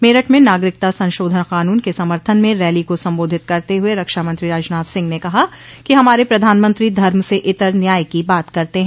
मेरठ में नागरिकता संशोधन कानून के समर्थन में रैली को संबोधित करते हुए रक्षामंत्री राजनाथ सिंह ने कहा कि हमारे प्रधानमंत्री धर्म से इतर न्याय की बात करते हैं